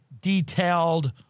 detailed